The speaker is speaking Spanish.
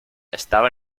estaba